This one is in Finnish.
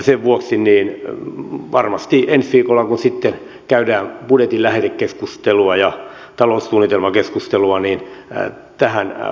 sen vuoksi varmasti ensi viikolla kun sitten käydään budjetin lähetekeskustelua ja taloussuunnitelmakeskustelua tähän palataan